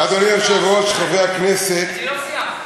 אדוני היושב-ראש, חברי הכנסת,